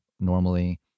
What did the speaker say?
normally